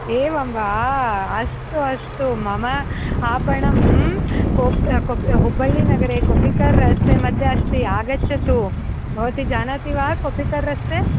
एवं वा अस्तु अस्तु मम आपणं कोप् कोपि हुब्बल्लिनगरे कोपिकर् रस्ते मध्ये अस्ति आगचच्छतु भवती जानाति वा कोपिकर् रस्ते